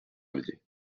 allier